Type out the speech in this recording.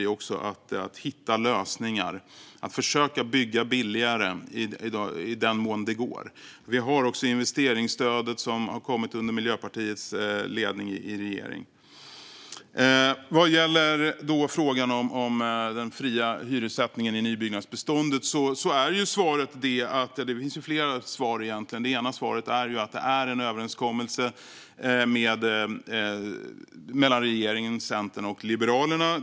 Vi försöker hitta lösningar för att bygga billigare i den mån det går. Under Miljöpartiets ledning i regeringen har dessutom investeringsstödet tillkommit. Det finns flera svar på frågan om den fria hyressättningen i nybyggnadsbeståndet. Ett svar är att det här är en överenskommelse mellan regeringen, Centern och Liberalerna.